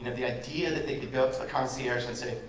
the idea that they could go to the concierge and say,